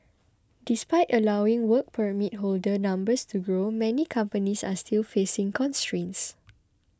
despite allowing Work Permit holder numbers to grow many companies are still facing constraints